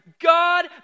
God